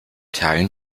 teilen